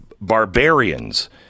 barbarians